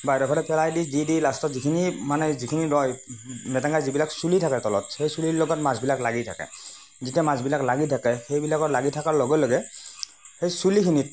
বাহিৰৰ ফালে পেলাই দি দি দি লাষ্টত যিখিনি মানে যিখিনি ৰয় মেটেঙাৰ যিবিলাক চুলি থাকে তলত সেই চুলিৰ লগত মাছবিলাক লাগি থাকে যেতিয়া মাছবিলাক লাগি থাকে সেইবিলাকত লাগি থাকাৰ লগে লগে সেই চুলিখিনিত